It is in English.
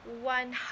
one